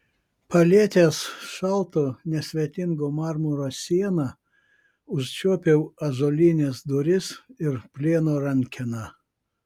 palietęs šalto nesvetingo marmuro sieną užčiuopiau ąžuolines duris ir plieno rankeną